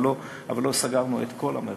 אבל לא סגרנו את כל המרחב,